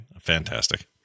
Fantastic